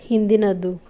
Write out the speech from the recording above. ಹಿಂದಿನದು